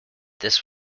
this